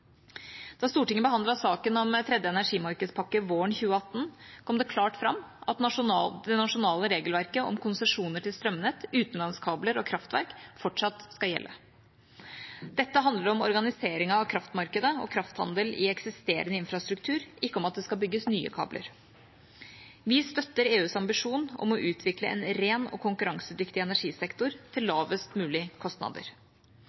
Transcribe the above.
Da Stortinget behandlet saken om tredje energimarkedspakke våren 2018, kom det klart fram at det nasjonale regelverket om konsesjoner til strømnett, utenlandskabler og kraftverk fortsatt skal gjelde. Dette handler om organiseringen av kraftmarkedet og krafthandel i eksisterende infrastruktur, ikke om at det skal bygges nye kabler. Vi støtter EUs ambisjon om å utvikle en ren og konkurransedyktig energisektor, til